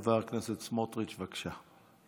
חבר הכנסת סמוטריץ', בבקשה.